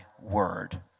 word